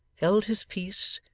held his peace,